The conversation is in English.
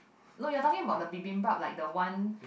no you're talking about the bibimbap like the one